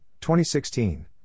2016